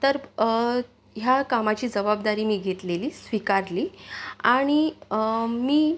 तर ह्या कामाची जबाबदारी मी घेतलेली स्वीकारली आणि मी